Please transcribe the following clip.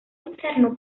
inferno